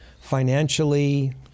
financially